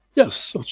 Yes